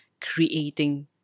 creating